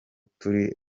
turi